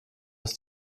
ist